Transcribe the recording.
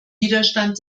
widerstand